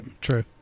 true